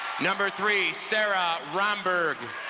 number three sara rhomberg,